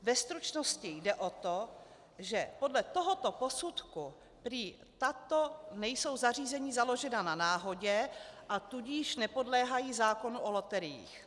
Ve stručnosti jde o to, že podle tohoto posudku prý tato nejsou zařízení založena na náhodě, a tudíž nepodléhají zákonu o loteriích.